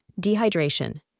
Dehydration